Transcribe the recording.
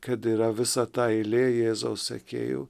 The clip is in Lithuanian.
kad yra visa ta eilė jėzaus sekėjų